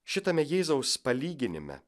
šitame jėzaus palyginime